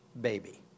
baby